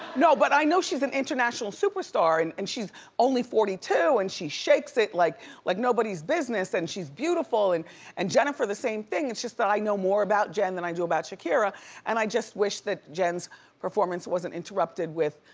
but i know she's an international superstar, and and she's only forty two and she shakes it like like nobody's business, and she's beautiful, and and jennifer the same thing. it's just that i know more about jen than i do about shakira and i just wish that jen's performance wasn't interrupted with.